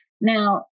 Now